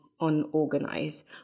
unorganized